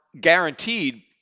guaranteed